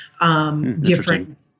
different